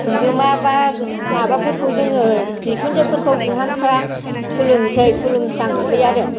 बिगोमा बा माबाफोरखौ जोङो बिखुनजोफोरखौ बिहामजोफोरा खुलुमनोसै खुलुमस्रांनोसै आरो